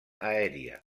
aèria